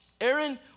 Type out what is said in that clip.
Aaron